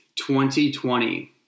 2020